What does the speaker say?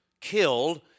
killed